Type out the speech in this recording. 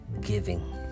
giving